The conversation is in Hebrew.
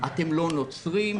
אתם לא נוצרים,